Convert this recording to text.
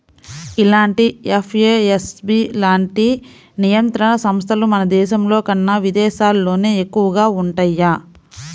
ఇలాంటి ఎఫ్ఏఎస్బి లాంటి నియంత్రణ సంస్థలు మన దేశంలోకన్నా విదేశాల్లోనే ఎక్కువగా వుంటయ్యి